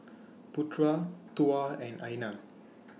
Putra Tuah and Aina